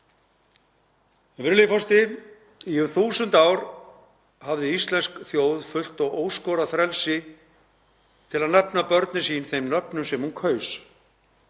Virðulegur forseti. Í um þúsund ár hafði íslensk þjóð fullt og óskorað frelsi til að nefna börn sín þeim nöfnum sem hún kaus.